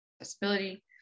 accessibility